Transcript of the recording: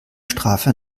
strafe